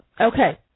okay